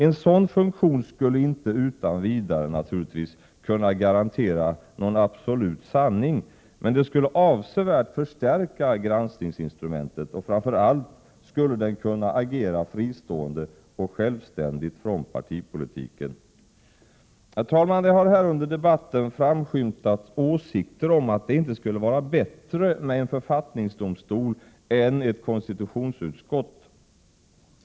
En sådan funktion skulle naturligtvis inte utan vidare kunna garantera absolut sanning, men den skulle avsevärt förstärka granskningsinstrumentet. Och framför allt skulle den kunna agera fristående och självständigt från partipolitiken. Herr talman! Det har här under debatten framskymtat åsikter om att det inte skulle vara bättre med en författningsdomstol än ett konstitutionsutskott.